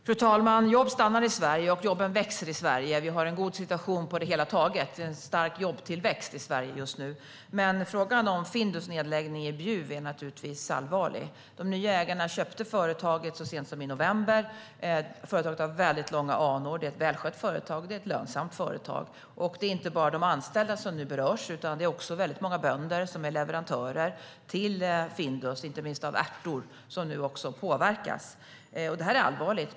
Fru talman! Jobb stannar i Sverige och jobben växer i Sverige. Vi har en god situation på det hela taget. Det är en stark jobbtillväxt i Sverige just nu. Men frågan om Findus nedläggning i Bjuv är naturligtvis allvarlig. De nya ägarna köpte företaget så sent som i november. Företaget har väldigt långa anor. Det är ett välskött och lönsamt företag. Det är inte bara de anställda som nu berörs, utan det är också väldigt många bönder som är leverantörer till Findus, inte minst av ärtor, som nu påverkas. Det här är allvarligt.